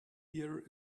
year